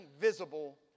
visible